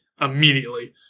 immediately